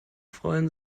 freuen